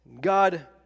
God